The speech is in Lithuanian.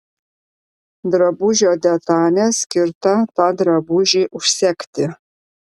drabužio detalė skirta tą drabužį užsegti